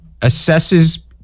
assesses